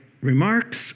Remarks